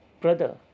Brother